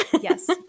Yes